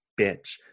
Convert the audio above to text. bitch